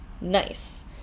Nice